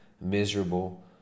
miserable